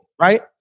right